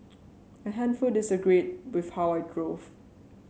a handful disagreed with how I drove